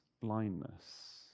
blindness